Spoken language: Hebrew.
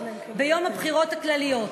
ביום הבחירות הכלליות,